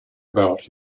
about